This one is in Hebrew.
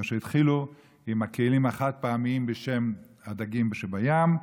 כאשר התחילו עם הכלים החד-פעמיים בשם הדגים שבים,